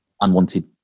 unwanted